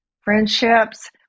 friendships